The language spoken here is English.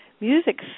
Music